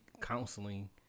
counseling